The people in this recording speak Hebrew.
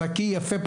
נקי ויפה,